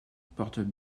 portent